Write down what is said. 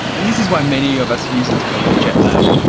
and this is why many of us use it to help with jetlag.